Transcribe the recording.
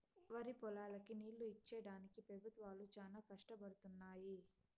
వరిపొలాలకి నీళ్ళు ఇచ్చేడానికి పెబుత్వాలు చానా కష్టపడుతున్నయ్యి